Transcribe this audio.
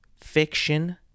fiction